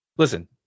Listen